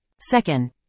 Second